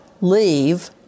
leave